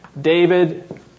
David